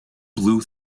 blue